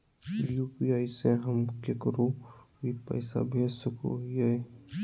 UPI से हम केकरो भी पैसा भेज सको हियै?